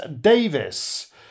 Davis